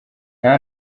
nta